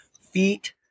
feet